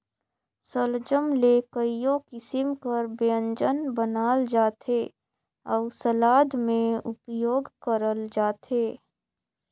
सलजम ले कइयो किसिम कर ब्यंजन बनाल जाथे अउ सलाद में उपियोग करल जाथे